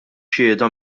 xhieda